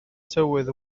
tywydd